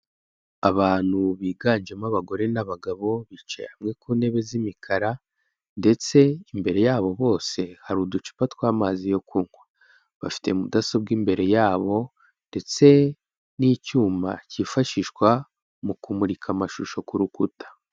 Abantu biganjemo abagore n'abagabo, bicaye hamwe ku ntebe z'imikara ndetse imbere yabo bose hari uducupa tw'amazi yo kunywa, bafite mudasobwa imbere yabo ndetse n'icyuma kifashishwa mu kumurika amashusho ku rukuta.